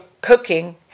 cooking